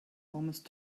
almost